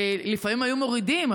לפעמים היו מורידים,